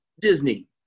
Disney